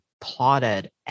plotted